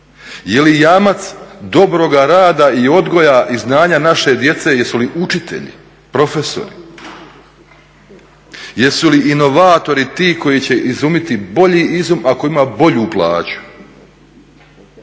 Je li jamac dobroga rada i odgoja i znanja naše djece, jesu li učitelji, profesori, jesu li inovatori ti koji će izumiti bolji izum ako ima bolju plaću?